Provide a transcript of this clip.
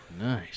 nice